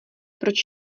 proč